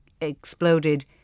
exploded